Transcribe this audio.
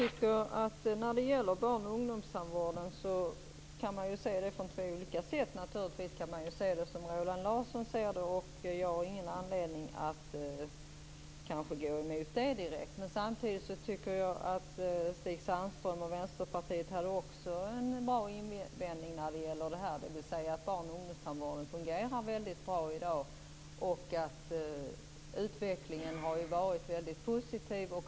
Herr talman! Barn och ungdomstandvården kan ses på två olika sätt. Man kan se på den som Roland Larsson gör. Jag har ingen anledning att gå emot den uppfattningen. Samtidigt tycker jag att Stig Sandström och Vänsterpartiet hade en bra invändning, dvs. att barn och ungdomstandvården fungerar bra i dag. Utvecklingen har varit positiv.